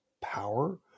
power